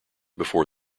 before